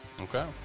Okay